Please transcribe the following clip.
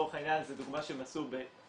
לצורך העניין זו דוגמה שהם עשו ביבנה,